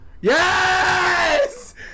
Yes